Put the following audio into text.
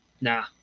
nah